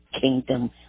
kingdom